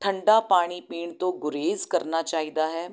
ਠੰਡਾ ਪਾਣੀ ਪੀਣ ਤੋਂ ਗੁਰੇਜ਼ ਕਰਨਾ ਚਾਹੀਦਾ ਹੈ